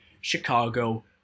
Chicago